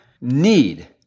need